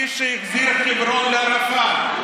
איש שהחזיר את חברון לערפאת,